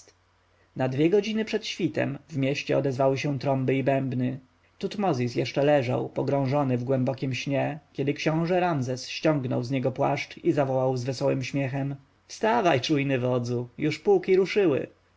dwie godziny przed świtem w mieście odezwały się trąby i bębny tutmozis jeszcze leżał pogrążony w głębokim śnie kiedy książę ramzes ściągnął z niego płaszcz i zawołał z wesołym śmiechem wstawaj czujny wodzu już pułki ruszyły